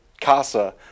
CASA